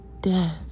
death